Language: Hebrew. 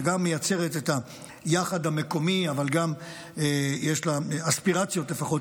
שגם מייצרת את היחד המקומי אבל גם יש לה יומרות